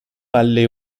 alle